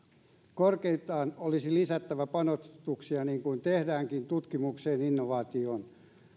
korkeintaan olisi lisättävä panostuksia niin kuin tehdäänkin tutkimukseen ja innovaatioiden